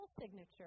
Signature